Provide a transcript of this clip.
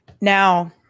now